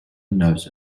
knows